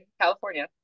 California